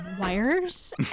wires